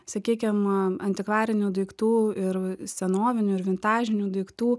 sakykim antikvarinių daiktų ir senovinių ir vintažinių daiktų